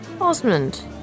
Osmond